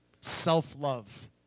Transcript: self-love